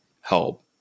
help